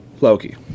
Loki